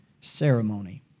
Ceremony